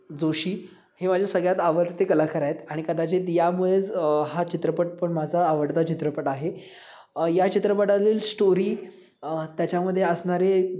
जोशी हे माझे सगळ्यात आवडते कलाकार आहेत आणि कदाचित यामुळेच हा चित्रपट पण माझा आवडता चित्रपट आहे या चित्रपटातील स्टोरी त्याच्यामध्ये असणारे